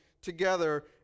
together